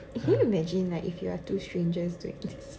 eh can you imagine like if you're two strangers doing this